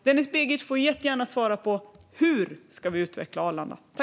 Denis Begic får därför jättegärna svara på hur vi ska utveckla Arlanda.